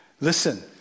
Listen